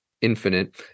infinite